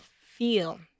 feel